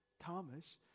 Thomas